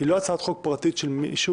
היא לא הצעת חוק פרטית של מישהו,